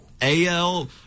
AL